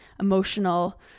emotional